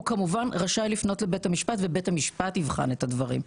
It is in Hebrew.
הוא כמובן רשאי לפנות לבית המשפט ובית המשפט יבחן את הדברים.